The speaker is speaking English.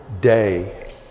day